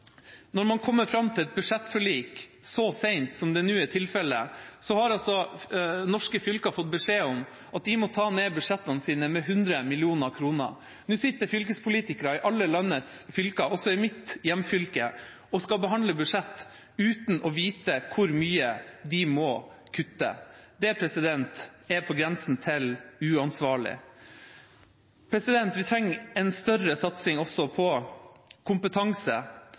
Når man kommer fram til et budsjettforlik så sent som det nå er tilfellet, har norske fylker fått beskjed om at de må ta ned budsjettene sine med 100 mill. kr. Nå sitter fylkespolitikere i alle landets fylker, også i mitt hjemfylke, og skal behandle budsjett, uten å vite hvor mye de må kutte. Det er på grensen til uansvarlig. Vi trenger også en større satsing på kompetanse.